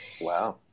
Wow